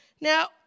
Now